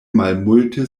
malmulte